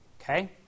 Okay